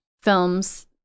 films